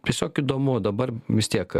tiesiog įdomu dabar vis tiek